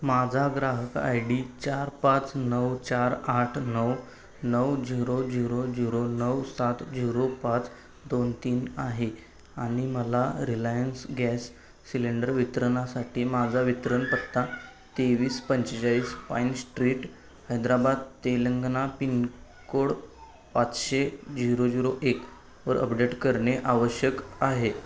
माझा ग्राहक I D चार पाच नऊ चार आठ नऊ नऊ झिरो झिरो झिरो नऊ सात झिरो पाच दोन तीन आहे आणि मला रिलायन्स गॅस सिलेंडर वितरणासाठी माझा वितरण पत्ता तेवीस पंचेचाळीस Pine Street Hyderabad Telangana pincode पाचशे झिरो झिरो एकवर अपडेट करणे आवश्यक आहे